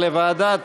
לוועדת